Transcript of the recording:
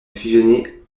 fusionné